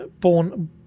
born